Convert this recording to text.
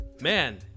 Man